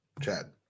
Chad